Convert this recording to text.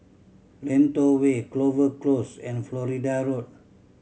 Lentor Way Clover Close and Florida Road